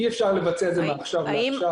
אי אפשר לבצע את זה מעכשיו לעכשיו,